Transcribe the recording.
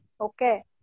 okay